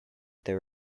there